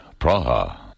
Praha